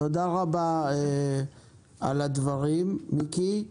תודה רבה על הדברים, מיקי.